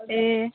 ए